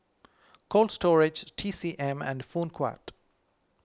Cold Storage T C M and Phoon Huat